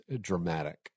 dramatic